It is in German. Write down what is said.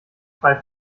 frei